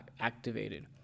activated